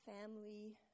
family